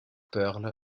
pearl